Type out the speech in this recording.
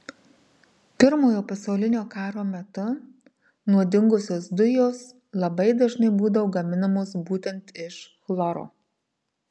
pirmojo pasaulinio karo metu nuodingosios dujos labai dažnai būdavo gaminamos būtent iš chloro